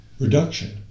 reduction